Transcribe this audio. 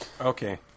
Okay